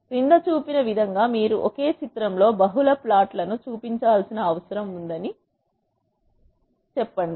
క్రింద చూపిన విధంగా మీరు ఒకే చిత్రంలో బహుళ ప్లాట్లను చూపించాల్సిన అవసరం ఉందని చెప్పండి